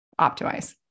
optimize